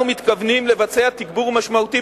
אנחנו מתכוונים לבצע תגבור משמעותי,